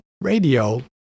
radio